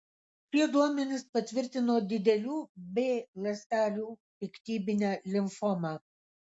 šie duomenys patvirtino didelių b ląstelių piktybinę limfomą